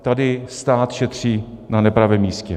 Tady stát šetří na nepravém místě.